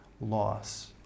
loss